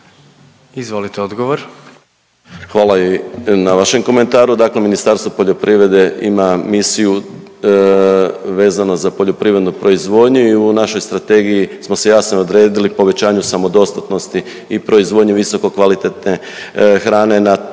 **Majdak, Tugomir** Hvala i na vašem komentaru. Dakle Ministarstvo poljoprivrede ima misiju vezano za poljoprivrednu proizvodnju i u našoj strategiji smo se jasno odredili povećanju samodostatnosti i proizvodnje visokokvalitetne hrane na tlu